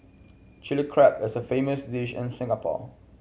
Chilli Crab is a famous dish in Singapore